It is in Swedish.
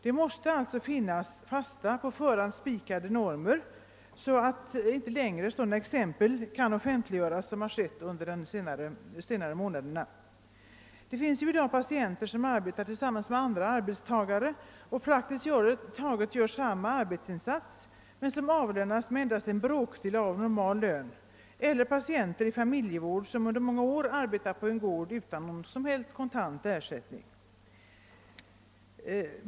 Det måste alltså finnas fasta, på förhand spikade normer, så att inte längre sådana exempel kan offentliggöras som under de senare månaderna. Det finns i dag patienter som arbetar tillsammans med andra arbetstagare och gör praktiskt taget samma arbetsinsats, men som avlönas med endast en bråkdel av normal lön. Det finns också patienter i familjevård som under många år arbetat på en gård utan någon som helst kontant ersättning.